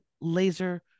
laser